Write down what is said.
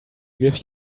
give